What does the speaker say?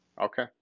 Okay